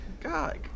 God